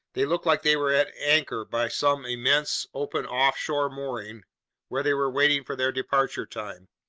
they looked like they were at anchor by some immense, open, offshore mooring where they were waiting for their departure time.